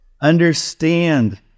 understand